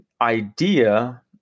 idea